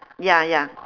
ya ya